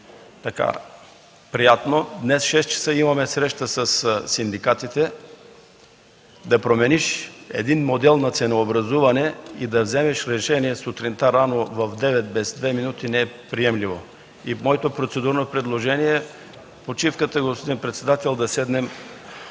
приятно. Днес имаме среща със синдикатите. Да промениш един модел на ценообразуване и да вземеш решение сутринта рано в девет часа без две минути е неприемливо. Моето процедурно предложение е в почивката, господин председател, да седнем